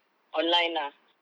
online lah